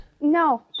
No